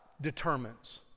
determines